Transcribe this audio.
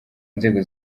nzego